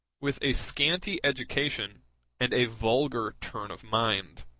with a scanty education and a vulgar turn of mind.